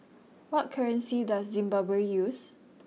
what currency does Zimbabwe use